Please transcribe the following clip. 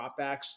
dropbacks